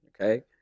okay